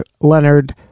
Leonard